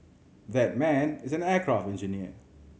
that man is an aircraft engineer